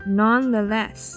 nonetheless